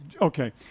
Okay